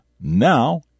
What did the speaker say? Now